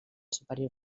superior